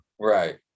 Right